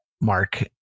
Mark